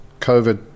COVID